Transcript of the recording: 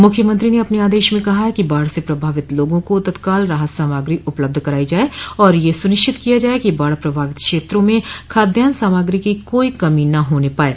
मंख्यमंत्री ने अपने आदेश में कहा है कि बाढ़ से प्रभावित लोगों को तत्काल राहत सामग्री उपलब्ध कराई जाये और यह सनिश्चित किया जाये कि बाढ़ प्रभावित क्षेत्रों में खाद्यान सामग्री की कोई कमी न होने पाये